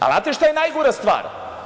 Znate šta je najgora stvar?